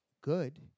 good